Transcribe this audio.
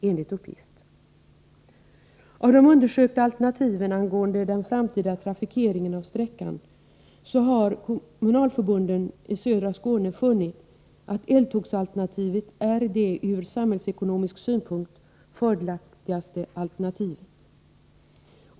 SSK och SÖSK har funnit att eltågsalternativet är det ur samhällsekonomisk synpunkt fördelaktigaste av de undersökta alternativen för den framtida trafikeringen av sträckan.